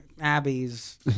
Abby's